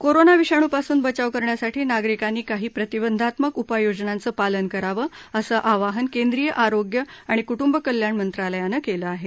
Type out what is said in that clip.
corona विषाणूपासून बचाव करण्यासाठी नागरिकांनी काही प्रतिबंधात्मक उपाययोजनांचं पालन करावं असं आवाहन केंद्रीय आरोग्य आणि क्टंब कल्याण मंत्रालयानं केलं आहे